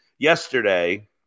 yesterday